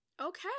okay